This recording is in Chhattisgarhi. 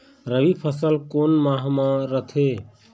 रबी फसल कोन माह म रथे?